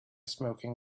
smoking